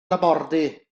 labordu